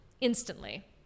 instantly